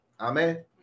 Amen